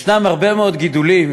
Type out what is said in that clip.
ישנם הרבה מאוד גידולים